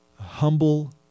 humble